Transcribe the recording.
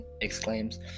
exclaims